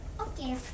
Okay